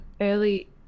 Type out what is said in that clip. Early